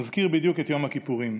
מזכיר בדיוק את יום הכיפורים: